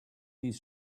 his